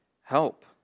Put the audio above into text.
help